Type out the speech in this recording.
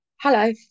hello